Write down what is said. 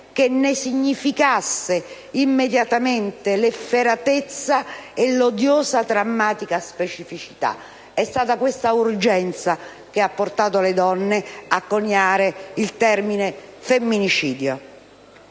che ne significasse immediatamente l'efferatezza e l'odiosa, drammatica specificità; è stata questa urgenza che ha portato le donne a coniare il termine "femminicidio".